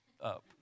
up